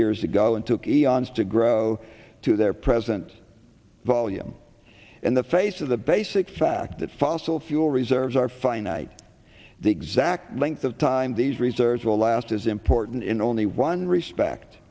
years ago and took eons to grow to their present volume in the face of the basic fact that fossil fuel reserves are finite the exact length of time these reserves will last is important in only one respect